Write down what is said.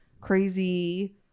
crazy